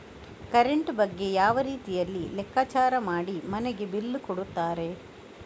Current ಬಗ್ಗೆ ಯಾವ ರೀತಿಯಲ್ಲಿ ಲೆಕ್ಕಚಾರ ಮಾಡಿ ಮನೆಗೆ ಬಿಲ್ ಕೊಡುತ್ತಾರೆ?